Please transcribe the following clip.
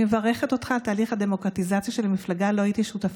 אני מברכת אותך על תהליך הדמוקרטיזציה של המפלגה שלו הייתי שותפה,